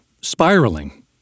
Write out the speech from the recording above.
spiraling